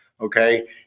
okay